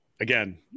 Again